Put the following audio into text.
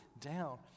down